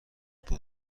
بود